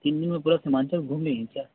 تین دن میں پورا سیمانچل گھوم لیں گے کیا